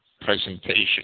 presentation